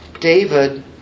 David